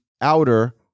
outer